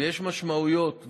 ויש משמעויות.